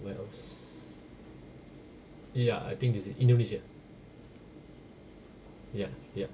where else ya I think this Indonesia ya ya